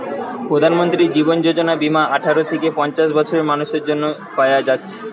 প্রধানমন্ত্রী জীবন যোজনা বীমা আঠারো থিকে পঞ্চাশ বছরের মানুসের জন্যে পায়া যাচ্ছে